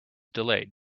delayed